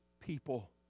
people